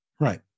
Right